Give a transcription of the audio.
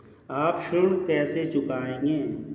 आप ऋण कैसे चुकाएंगे?